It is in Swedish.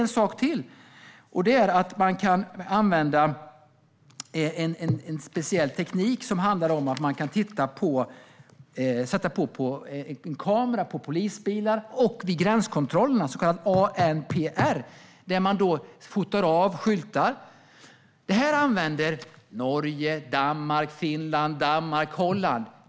En sak till: Man kan använda en särskild teknik, ANPR, som handlar om att sätta kameror på polisbilar och vid gränskontrollerna och fota registreringsskyltar. Det här använder Norge, Danmark, Finland och Holland.